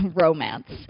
romance